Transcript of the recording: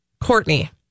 Courtney